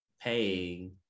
paying